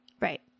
Right